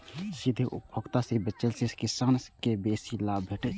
सीधे उपभोक्ता के बेचय सं छोट किसान कें बेसी लाभ भेटै छै